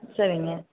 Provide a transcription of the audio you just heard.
சரிங்க